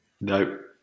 Nope